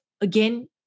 again